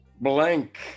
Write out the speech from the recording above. blank